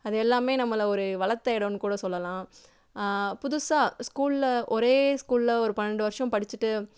அது எல்லாமே நம்மளை ஒரு வளர்த்த எடன்னுகூட சொல்லலாம் புதுசாக ஸ்கூலில் ஒரே ஸ்கூலில் ஒரு பன்னெண்டு வருஷம் படிச்சுட்டு